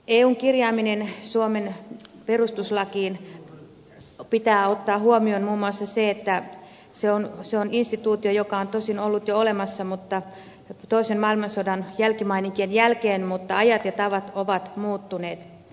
eun kirjaamisessa suomen perustuslakiin pitää ottaa huomioon muun muassa se että se on instituutio joka on tosin ollut jo olemassa toisen maailmansodan jälkimaininkien jälkeen mutta ajat ja tavat ovat muuttuneet